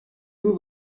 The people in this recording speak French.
vous